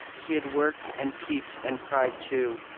he had worked, and peeped, and pried, too,